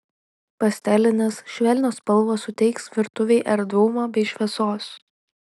pastelinės švelnios spalvos suteiks virtuvei erdvumo bei šviesos